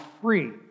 free